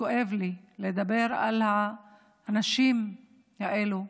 וכואב לי לדבר על הנשים האלו,